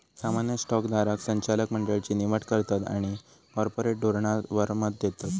सामान्य स्टॉक धारक संचालक मंडळची निवड करतत आणि कॉर्पोरेट धोरणावर मत देतत